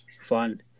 fun